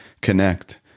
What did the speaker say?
connect